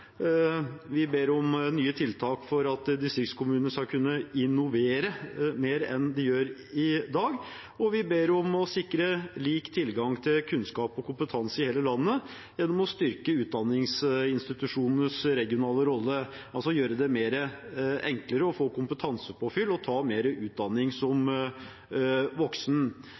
Vi ber om nye tiltak for at distriktskommunene skal kunne innovere mer enn de gjør i dag. Vi ber om å sikre lik tilgang til kunnskap og kompetanse i hele landet gjennom å styrke utdanningsinstitusjonenes regionale rolle, altså gjøre det enklere å få kompetansepåfyll og ta mer utdanning som voksen.